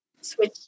switch